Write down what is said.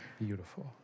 Beautiful